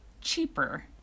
cheaper